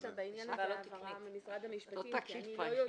אני מבקשת בעניין הזה הבהרה ממשרד המשפטים כי אני לא יודעת.